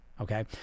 okay